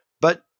But-